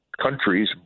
Countries